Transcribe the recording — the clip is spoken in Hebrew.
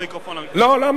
ותועבר לדיון